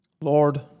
Lord